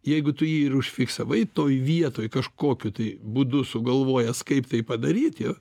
jeigu tu jį ir užfiksavai toj vietoj kažkokiu tai būdu sugalvojęs kaip tai padaryti